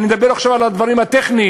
אני מדבר עכשיו על הדברים הטכניים.